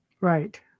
Right